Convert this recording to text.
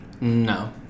no